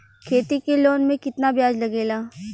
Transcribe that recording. खेती के लोन में कितना ब्याज लगेला?